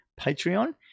Patreon